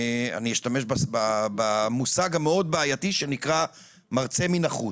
אני אשתמש במושג המאוד בעייתי מרצה מן החוץ.